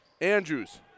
Andrews